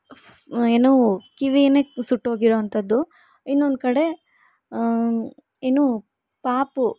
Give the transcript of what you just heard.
ಫು ಏನು ಕಿವಿಯೇ ಸುಟ್ಟೋಗಿರೋವಂಥದ್ದು ಇನ್ನೊಂದು ಕಡೆ ಏನು ಪಾಪು